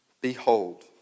behold